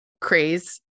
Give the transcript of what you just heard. craze